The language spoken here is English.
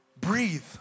Breathe